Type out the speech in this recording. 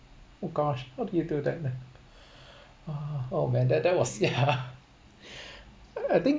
oh gosh how do you do that uh oh man that that was yeah I I think